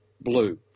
blue